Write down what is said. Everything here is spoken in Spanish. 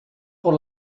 por